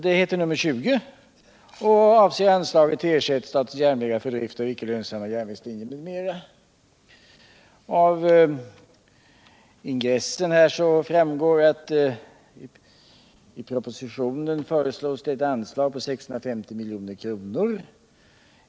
Det har nr 20 och avser anslaget till Ersättning till statens järnvägar för drift av icke lönsamma järnvägslinjer m.m. Av ingressen framgår att i propositionen föreslås ett anslag på 650 milj.kr.